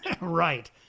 Right